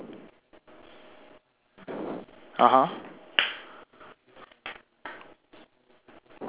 (uh huh)